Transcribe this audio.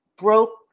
broke